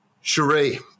Cherie